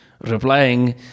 replying